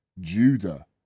Judah